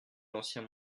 l’ancien